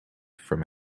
from